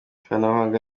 ikoranabuhanga